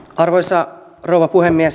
arvoisa rouva puhemies